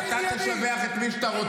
תשתוק.